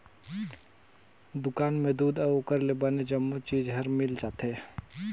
दुकान में दूद अउ ओखर ले बने जम्मो चीज हर मिल जाथे